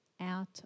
out